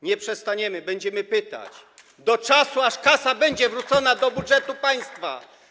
Nie przestaniemy, będziemy pytać do czasu, aż kasa będzie zwrócona do budżetu państwa.